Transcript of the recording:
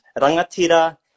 rangatira